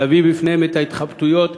להביא בפניהם את ההתחבטויות